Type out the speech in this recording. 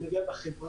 אני מדבר על החברה.